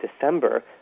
December